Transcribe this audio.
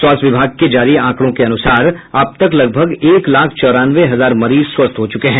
स्वस्थ्य विभाग के जारी आंकड़ो के अनुसार अब तक लगभग एक लाख चौरानवे हजार मरीज स्वस्थ हो चुके हैं